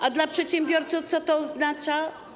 A dla przedsiębiorców co to oznacza?